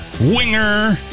Winger